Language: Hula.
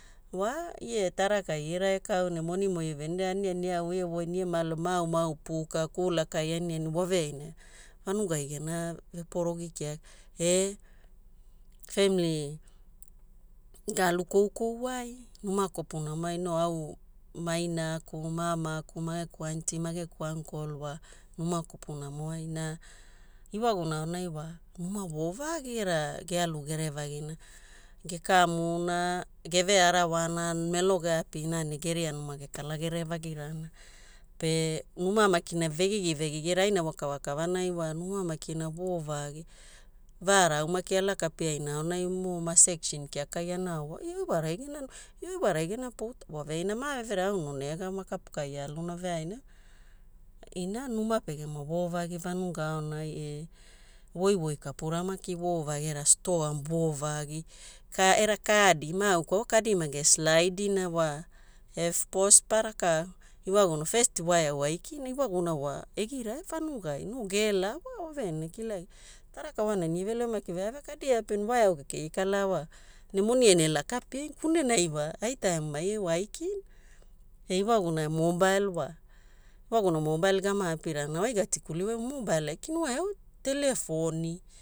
Wa ie ao tarakai ie ragekau ne monimo ie veniria aniani eau ie voi ne ie ma alu maumau puka, kulakai aniani waveaina, vanugai gena veporogi kia. E family gaalu koukouwai numa kopunamo ai no au mainaku ma amaku, mageku aunty. mageku uncle wa numa kopunamoai. Na iwaguna aonai wa numa voovagi era gealu gerevagina. Gekamuna, gevearawana, melo geapina ne geria numa gekala gerevagirana. Pe numa maki vegigi vegigi era aina wakava kavanai wa numa makina voovagi. Vaara au maki alaka piaina aonai no ma section kiakai anao wa, ioi wa rai gena numa? Ioi warai gena pouta? Waveaina maverenagina auno nega makapu kaai aaluna veaina. Ina, numa pegema voovagi vanuga aonai e voivoi kapura maki voovagi era stoa voovagi, era kadi, ma aukwaua wa kadi mage slaidina wa EFTPOS pa rakau. Iwaguna, first waeau aikina, iwaguna wa egira vanugai no gela wa waveaina ana kilagia. Taraka wanana ie velemai maki veavea kadi ie apia ne waeau kekei ie kalaawa, ne moni ene lakapiai. Kunenai wa ai taimumai ai ia wa aikina. Ne iwaguna mobile wa, iwaguna mobile gama apirana na ai gatikuliwai mobile aikina na oi wa telefoni.